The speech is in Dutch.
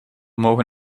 mogen